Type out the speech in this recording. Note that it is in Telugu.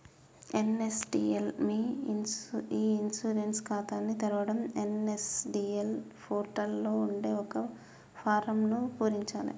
ఎన్.ఎస్.డి.ఎల్ మీ ఇ ఇన్సూరెన్స్ ఖాతాని తెరవడం ఎన్.ఎస్.డి.ఎల్ పోర్టల్ లో ఉండే ఒక ఫారమ్ను పూరించాలే